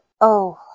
Oh